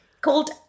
called